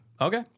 okay